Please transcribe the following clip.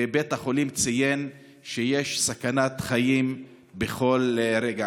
ובית החולים ציין שיש סכנת חיים בכל רגע.